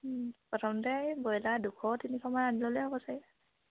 প্ৰথমতে এই ব্ৰইলাৰ দুশ তিনিশমান আনি ল'লে হ'ব চাগে